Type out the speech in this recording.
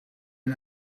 een